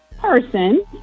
person